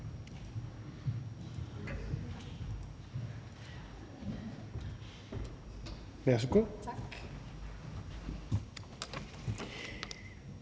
Tak.